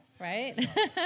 right